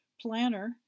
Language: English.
planner